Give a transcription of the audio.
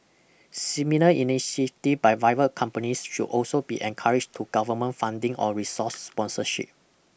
similar initiatives by private companies should also be encouraged to government funding or resource sponsorship